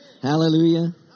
Hallelujah